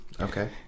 okay